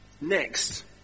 Next